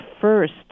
first